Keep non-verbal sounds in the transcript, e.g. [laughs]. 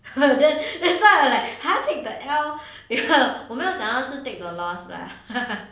[laughs] then that's why I was like !huh! take the L 我没有想到是 take the lost lah [laughs]